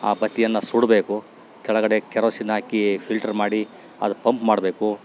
ಆ ಬತ್ತಿಯನ್ನು ಸುಡಬೇಕು ಕೆಳಗಡೆ ಕೆರೋಸಿನ್ ಹಾಕೀ ಫಿಲ್ಟ್ರ್ ಮಾಡಿ ಅದು ಪಂಪ್ ಮಾಡ್ಬೇಕು